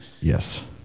Yes